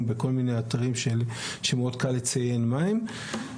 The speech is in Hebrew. בכל מיני אתרים שמאוד קל לציין מהם.